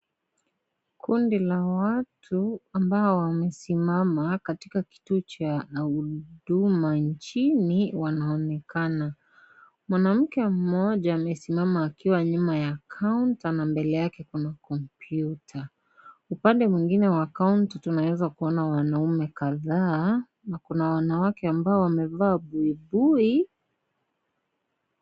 Kundi la watu ambao wamesimama katika kituo cha huduma inchini, wanaonekana. Mwanamke mmoja amesimama akiwa nyuma ya counter na mbele yake kuna kompyuta. Upande mwingine wa count tunaweza kuona wanaume kadhaa na kuna wanawake ambao wamevaa buibui.